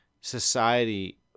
society